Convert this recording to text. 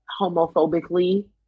homophobically